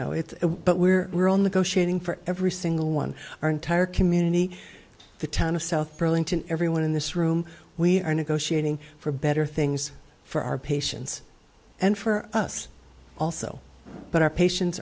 know it but we're on the go shopping for every single one our entire community the town of south burlington everyone in this room we are negotiating for better things for our patients and for us also but our patients